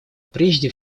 прежде